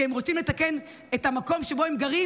כי הם רוצים לתקן את המקום שבו הם גרים